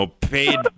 paid